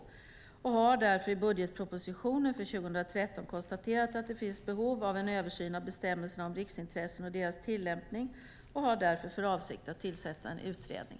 Regeringen har därför i budgetpropositionen för 2013 konstaterat att det finns behov av en översyn av bestämmelserna om riksintressen och deras tillämpning och har därför för avsikt att tillsätta en utredning.